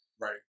right